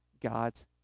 God's